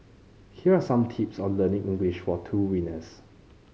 here are some tips on the learning English from two winners